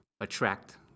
attract